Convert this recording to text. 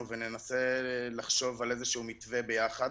וננסה לחשוב על איזה שהוא מתווה ביחד.